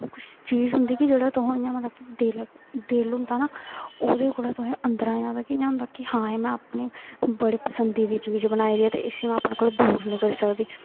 कुछ चीज होंदी कि जेह्ड़ा तुहें इ'यां मतलब कि दिल दिल होंदा ना ओह्दे कोला तुहें अंदरां इ'यां होंदा कि हां एह् में अपने बड़ी पसंद दी चीज बनाई दी ऐ ते इसी में अपने कोला दूर नेईं करी सकदी